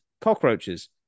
cockroaches